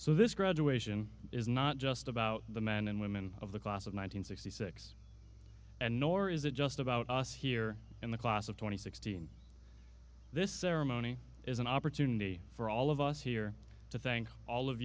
so this graduation is not just about the men and women of the class of one hundred sixty six and nor is it just about us here in the class of twenty sixteen this ceremony is an opportunity for all of us here to thank all of